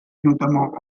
notamment